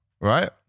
right